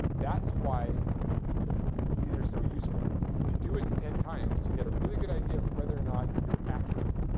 that's why these are so useful. if you do it ten times, you get a really good idea of whether or not you're accurate.